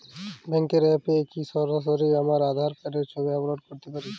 ব্যাংকের অ্যাপ এ কি সরাসরি আমার আঁধার কার্ডের ছবি আপলোড করতে পারি?